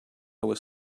was